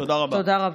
תודה רבה.